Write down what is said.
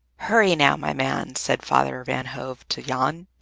hurry, now, my man, said father van hove to jan.